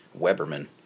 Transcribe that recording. Weberman